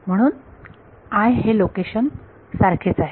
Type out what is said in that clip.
म्हणून हे लोकेशन सारखेच आहे